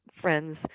friends